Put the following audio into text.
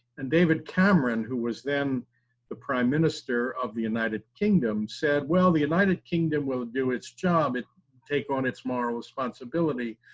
and david cameron, who was then the prime minister of the united kingdom said, well, the united kingdom will do its job, and take on its moral responsibility.